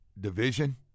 division